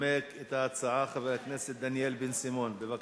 ינמק את ההצעה חבר הכנסת דניאל בן-סימון, בבקשה.